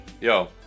Yo